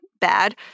bad